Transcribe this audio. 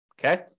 Okay